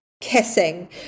kissing